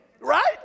Right